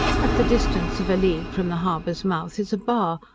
at the distance of a league from the harbour's mouth is a bar,